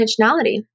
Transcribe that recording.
intentionality